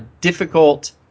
difficult